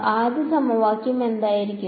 അപ്പോൾ ആദ്യ സമവാക്യം എന്തായിരിക്കും